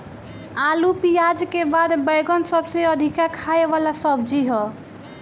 आलू पियाज के बाद बैगन सबसे अधिका खाए वाला सब्जी हअ